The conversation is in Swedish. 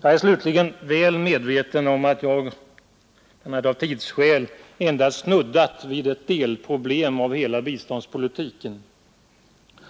Jag är slutligen väl medveten om att jag av tidsskäl endast berört en liten del av hela biståndspolitiken.